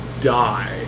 die